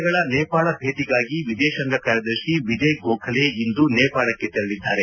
ಎರಡು ದಿನಗಳ ನೇಪಾಳ ಭೇಟಿಗಾಗಿ ವಿದೇಶಾಂಗ ಕಾರ್ಯದರ್ಶಿ ವಿಜಯ್ ಗೋಖಲೆ ಇಂದು ನೇಪಾಳಕ್ಕೆ ತೆರಳಿದ್ದಾರೆ